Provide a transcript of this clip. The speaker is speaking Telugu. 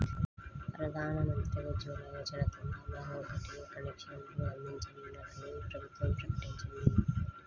ప్రధాన్ మంత్రి ఉజ్వల యోజన కింద మరో కోటి కనెక్షన్లు అందించనున్నట్లు ప్రభుత్వం ప్రకటించింది